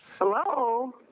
hello